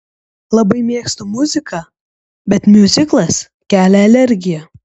labai mėgstu muziką bet miuziklas kelia alergiją